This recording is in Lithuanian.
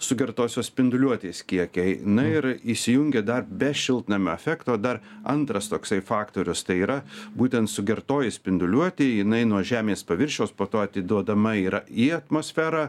sugertosios spinduliuotės kiekiai na ir įsijungia dar be šiltnamio efekto dar antras toksai faktorius tai yra būtent sugertoji spinduliuotė jinai nuo žemės paviršiaus po to atiduodama yra į atmosferą